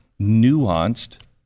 nuanced